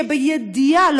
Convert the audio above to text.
שבידיעה,